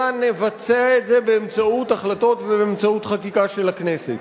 אלא נבצע את זה באמצעות החלטות ובאמצעות חקיקה של הכנסת.